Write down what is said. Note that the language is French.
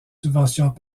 subventions